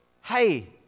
hey